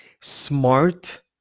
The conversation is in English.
smart